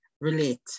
relate